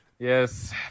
Yes